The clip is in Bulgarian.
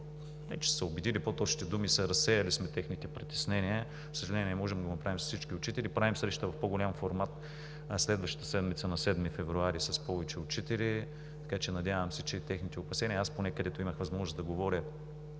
кажа, че до голяма степен сме разсеяли техните притеснения. За съжаление, не можем да го направим с всички учители. Правим среща в по-голям формат следващата седмица, на 7 февруари – с повече учители. Надявам се, че и техните опасения – аз поне, където имах възможност да говоря